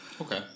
Okay